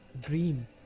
dream